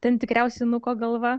ten tikriausiai nuko galva